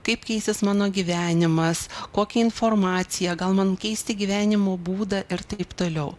kaip keisis mano gyvenimas kokią informaciją gal man keisti gyvenimo būdą ir taip toliau